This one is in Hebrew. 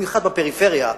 במיוחד בפריפריה,